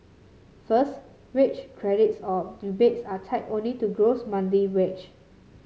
first wage credits or rebates are tied only to gross monthly wage